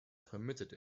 permitted